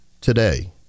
today